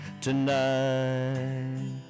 tonight